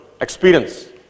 experience